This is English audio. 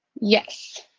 Yes